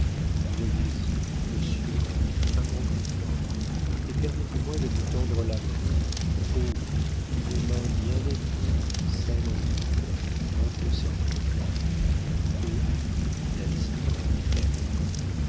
lettre voyez y monsieur un grand effort et permettez-moi de vous tendre la main oh une main bien amie celle de votre servante